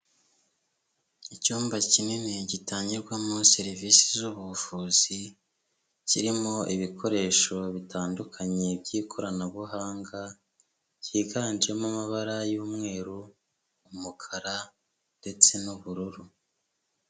Icyumba kinini gitangirwamo serivisi z'ubuvuzi, kirimo ibikoresho bitandukanye by'ikoranabuhanga, cyiganjemo amabara y'umweru, umukara ndetse n'ubururu.